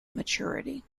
maturity